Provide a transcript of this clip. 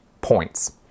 points